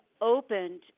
opened